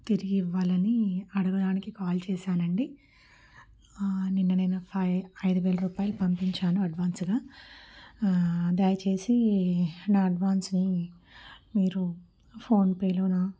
తిరిగి ఇవ్వాలని అడగడానికి కాల్ చేశాను అండి నిన్న నేను ఫై ఐదు వేల రూపాయలు పంపించాను అడ్వాన్స్గా దయచేసి నా అడ్వాన్స్ను మీరు ఫోన్పేలోనా